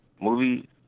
movie